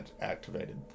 activated